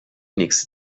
nächste